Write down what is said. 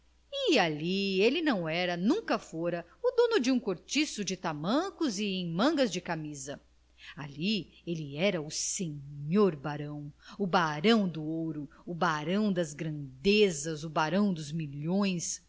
e ali ele não era nunca fora o dono de um cortiço de tamancos e em mangas de camisa ali era o sr barão o barão do ouro o barão das grandezas o barão dos milhões